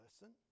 listen